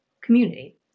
community